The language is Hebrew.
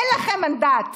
אין לכם מנדט.